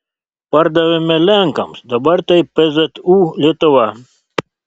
pardavėme lenkams dabar tai pzu lietuva